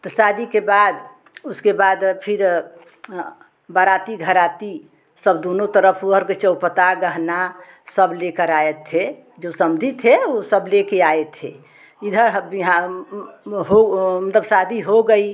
तो शादी के बाद उसके बाद फिर बाराती घराती सब दूनो तरफ उहर के चौपता गहना सब लेकर आए थे जो समधी थे वो सब लेके आए थे इधर भिया हो मतलब शादी हो गई